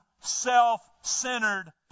self-centered